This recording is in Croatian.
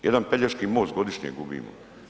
Jedan Pelješki most godišnje gubimo.